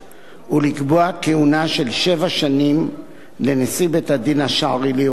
ולקבוע כהונה של שבע שנים לנשיא בית-הדין השרעי לערעורים,